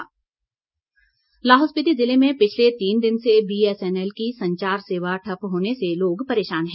BSNL Lahaul Spiti जिले में पिछले तीन दिन से बीएसएनएल की संचार सेवा ठप्प होने से लोग परेशान हैं